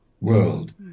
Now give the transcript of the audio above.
world